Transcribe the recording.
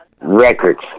records